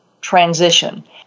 transition